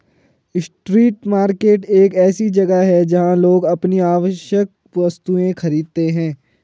street market एक ऐसी जगह है जहां लोग अपनी आवश्यक वस्तुएं खरीदते हैं